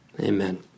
Amen